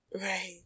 Right